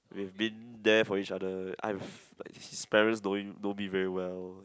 we've been there for each other I've his parents knowing know me very well